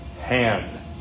hand